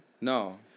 No